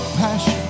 passion